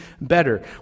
better